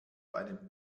einem